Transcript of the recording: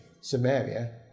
Samaria